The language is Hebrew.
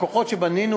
הכוחות שבנינו,